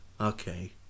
Okay